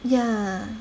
yeah